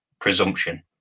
presumption